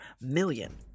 million